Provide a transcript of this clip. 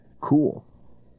cool